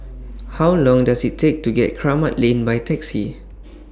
How Long Does IT Take to get to Kramat Lane By Taxi